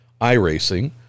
iRacing